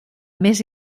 més